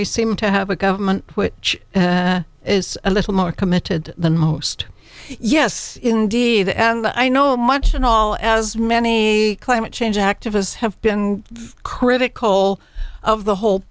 we seem to have a government which is a little more committed than most yes indeed and i know much and all as many a climate change activists have been critical of the whole